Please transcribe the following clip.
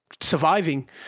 surviving